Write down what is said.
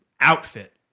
outfit